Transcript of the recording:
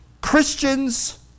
Christians